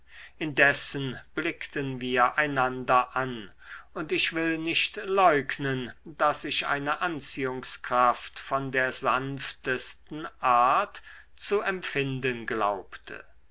indessen blickten wir einander an und ich will nicht leugnen daß ich eine anziehungskraft von der sanftesten art zu empfinden glaubte